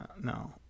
No